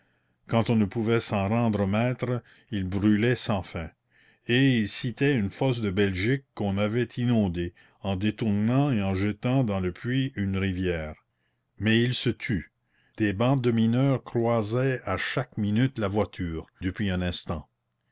quand on ne pouvait s'en rendre maître il brûlait sans fin et il citait une fosse de belgique qu'on avait inondée en détournant et en jetant dans le puits une rivière mais il se tut des bandes de mineurs croisaient à chaque minute la voiture depuis un instant